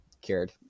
cured